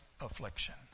affliction